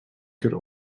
could